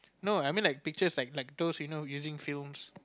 no I mean like pictures like like those you know using films